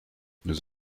nos